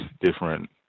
different